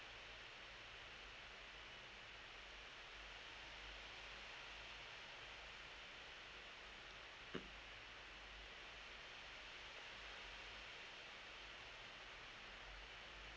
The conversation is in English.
mm